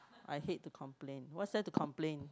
I hate to complain what's there to complain